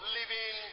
Living